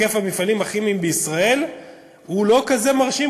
היקף המפעלים הכימיים בישראל הוא לא כזה מרשים,